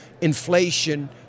inflation